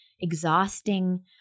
exhausting